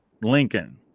Lincoln